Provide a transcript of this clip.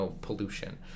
pollution